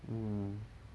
mm